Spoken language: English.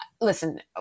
listen